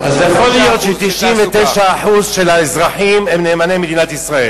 אז יכול להיות ש-99% של האזרחים הם נאמני מדינת ישראל,